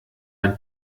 ein